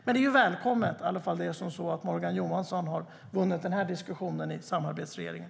Men det är välkommet om Morgan Johansson har vunnit den här diskussionen i samarbetsregeringen.